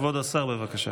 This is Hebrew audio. כבוד השר, בבקשה.